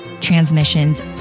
transmissions